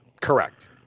Correct